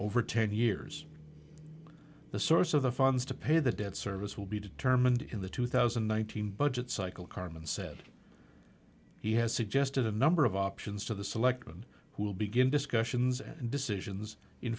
over ten years the source of the funds to pay the debt service will be determined in the two thousand and one thousand budget cycle carmen said he has suggested a number of options to the selectmen who will begin discussions at decisions in